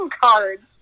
cards